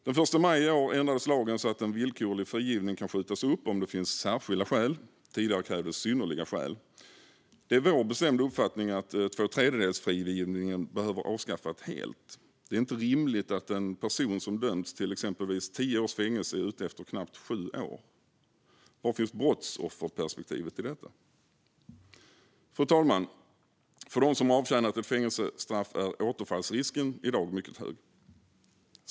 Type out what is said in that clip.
Den 1 maj i år ändrades lagen så att en villkorlig frigivning kan skjutas upp om det finns särskilda skäl. Tidigare krävdes synnerliga skäl. Det är vår bestämda uppfattning att tvåtredjedelsfrigivning behöver avskaffas helt. Det är inte rimligt att en person som dömts till exempelvis tio års fängelse är ute efter knappt sju år. Var finns brottsofferperspektivet i detta? Fru talman! För dem som har avtjänat ett fängelsestraff är återfallsrisken i dag mycket hög.